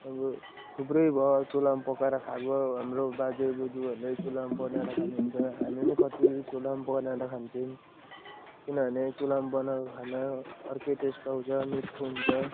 हाम्रो थुप्रै भयो चुलामा पकाएर खाएको हाम्रो बाजेबोजूहरूले चुलामा बनाएर खानुहुन्छ हामी पनि कति चुलामा बनाएर खान्छौँ किनभने चुलामा बनाएको खाना अर्कै टेस्ट आउँछ मिठो हुन्छ